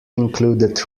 included